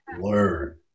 learn